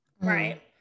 right